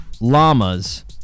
llamas